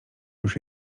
już